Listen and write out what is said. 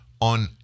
on